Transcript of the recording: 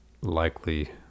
likely